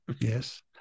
yes